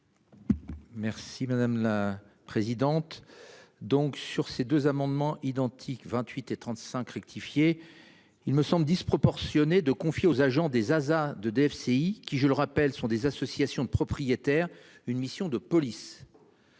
Merci madame la présidente. Donc sur ces deux amendements identiques. Quick, 28 et 35 rectifié. Il me semble disproportionné de confier aux agents des Zaza 2 DFCI qui je le rappelle sont des associations de propriétaires, une mission de police.